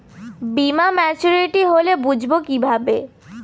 বীমা মাচুরিটি হলে বুঝবো কিভাবে?